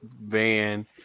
van